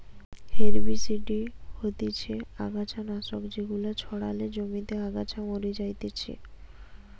herbicide হতিছে অগাছা নাশক যেগুলা ছড়ালে জমিতে আগাছা মরি যাতিছে